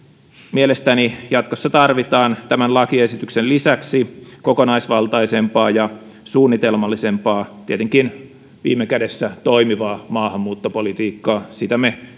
mielestäni jatkossa tarvitaan tämän lakiesityksen lisäksi kokonaisvaltaisempaa ja suunnitelmallisempaa tietenkin viime kädessä toimivaa maahanmuuttopolitiikkaa sitä me